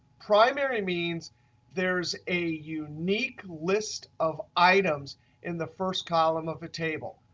primary means there is a unique list of items in the first column of a table.